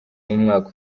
n’umwaka